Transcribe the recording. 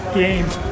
games